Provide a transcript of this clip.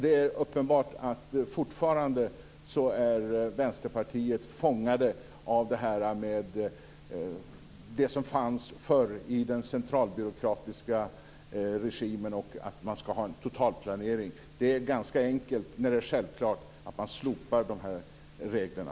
Det är uppenbart att fortfarande är Vänsterpartiet fångat av det som fanns förr i den centralbyråkratiska regimen och att man skall ha en totalplanering. Det är ganska enkelt och självklart att man slopar de här reglerna.